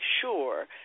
sure